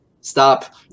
stop